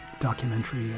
documentary